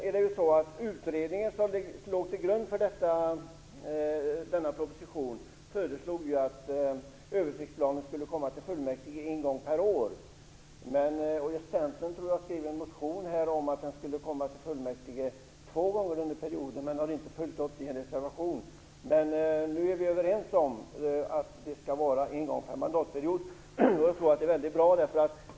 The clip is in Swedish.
I den utredning som låg till grund för denna proposition föreslogs att översiktsplanen skulle komma till fullmäktige en gång per år. Centern föreslog i en motion att den skulle komma till fullmäktige två gånger under perioden, men detta har inte följts upp i någon reservation. Nu är vi överens om att det skall röra sig om en gång per mandatperiod, och jag tror att det är väldigt bra.